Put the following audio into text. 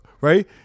right